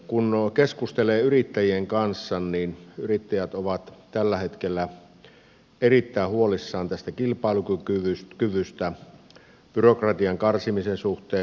kun keskustelee yrittäjien kanssa niin yrittäjät ovat tällä hetkellä erittäin huolissaan tästä kilpailukyvystä byrokratian karsimisen suhteen